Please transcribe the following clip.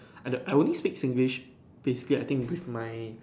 at the I only speak Singlish basically I think with my